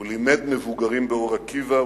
הוא לימד מבוגרים באור-עקיבא.